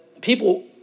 people